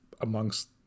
amongst